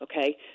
okay